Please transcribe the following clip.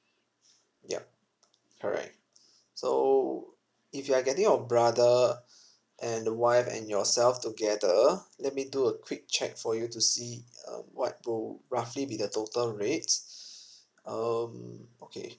yup correct so if you are getting your brother and the wife and yourself together let me do a quick check for you to see uh what will roughly be the total rates um okay